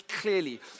clearly